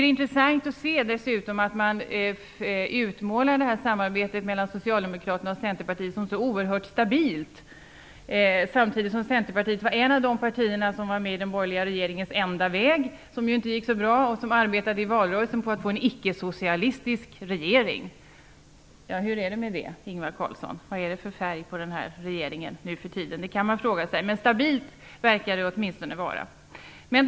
Jag tycker dessutom att det är intressant att se att man utmålar samarbetet mellan Socialdemokraterna och Centerpartiet som så oerhört stabilt, samtidigt som Centerpartiet var ett av de partier som var med i den borgerliga regeringens enda väg som ju inte gick så bra. Man arbetade också i valrörelsen för att få en icke-socialistisk regering. Hur är det med det, Ingvar Carlsson? Vad är det för färg på den här regeringen nu för tiden? Det kan man fråga sig, men den verkar åtminstone vara stabil.